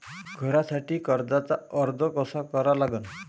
घरासाठी कर्जाचा अर्ज कसा करा लागन?